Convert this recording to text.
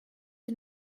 are